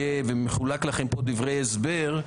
ומחולק לכם פה דברי הסבר,